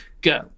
Go